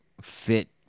fit